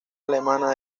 alemana